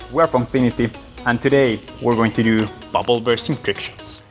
we are pongfinity and today, we are going to do bubble bursting trick shots!